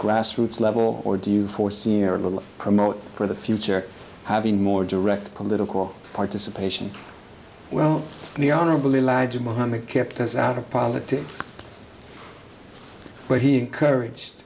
grassroots level or do you foresee or little of her for the future having more direct political participation well the honorable elijah muhammad kept us out of politics but he encouraged